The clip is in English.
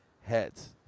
heads